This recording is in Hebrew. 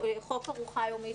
חוק ארוחה יומית